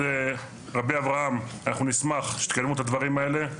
אז רבי אברהם, אנחנו נשמח שתקיימו את הדברים האלה,